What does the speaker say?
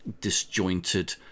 disjointed